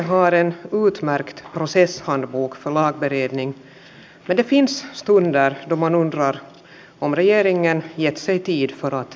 jos venäjän raja pettää niin tulijamäärät voivat olla todella suuret paljon suuremmat kuin ruotsin rajan kautta tulleet